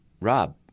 Rob